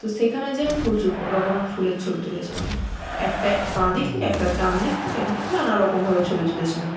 তো সেখানে যেয়ে আমি প্রচুর প রকমের ফুলের ছবি তুলেছিলাম একটা বাঁ দিক থেকে একটা ডান দিক থেকে মানে নানা রকম ভাবে ছবি তুলেছিলাম